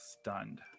stunned